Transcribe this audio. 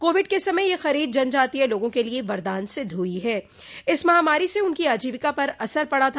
Covid के समय यह खरीद जनजातीय लोगों के लिए वरदान सिद्ध हुई है इस महामारी से उनकी आजीविका पर असर पड़ा था